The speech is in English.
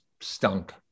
stunk